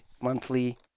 monthly